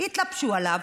התלבשו עליו,